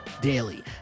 daily